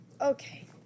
Okay